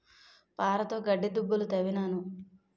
పారతోగడ్డి దుబ్బులు దవ్వినాను